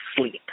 sleep